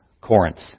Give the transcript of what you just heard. Corinth